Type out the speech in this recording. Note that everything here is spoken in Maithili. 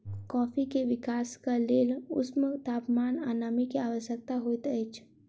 कॉफ़ी के विकासक लेल ऊष्ण तापमान आ नमी के आवश्यकता होइत अछि